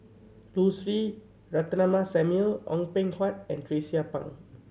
Lucy Ratnammah Samuel Ong Peng Hock and Tracie Pang